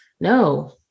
No